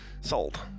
sold